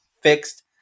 fixed